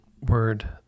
word